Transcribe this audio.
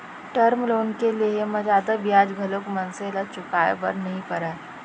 term loan के लेहे म जादा बियाज घलोक मनसे ल चुकाय बर नइ परय